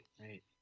right